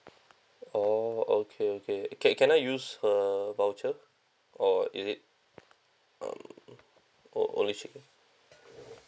orh okay okay can can I use her voucher or is it um or only she